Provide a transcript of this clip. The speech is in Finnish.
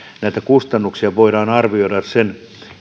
näitä kustannuksia voi arvioida sen